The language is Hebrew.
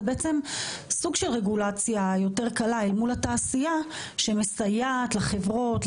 זה בעצם סוג של רגולציה יותר קלה אל מול התעשייה שמסייעת לחברות,